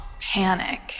panic